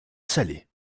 salés